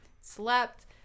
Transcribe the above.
slept